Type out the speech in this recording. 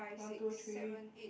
one two three